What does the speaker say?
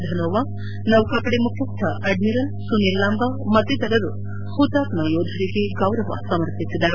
ಧನೋವಾ ನೌಕಾಪಡೆ ಮುಖ್ಯಸ್ಲ ಅಡ್ಡಿರಲ್ ಸುನೀಲ್ ಲಂಬಾ ಮತ್ತಿತರರು ಪುತಾತ್ಮ ಯೋಧರಿಗೆ ಗೌರವ ಸಮರ್ಪಿಸಿದರು